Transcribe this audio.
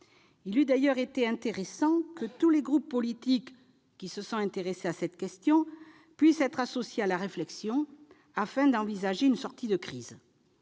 Il eût d'ailleurs été intéressant que tous les groupes politiques qui se sont penchés sur cette question soient associés à la réflexion, afin d'envisager une sortie de crise.